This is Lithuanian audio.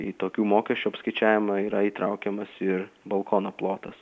į tokių mokesčių apskaičiavimą yra įtraukiamas ir balkono plotas